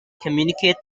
communicate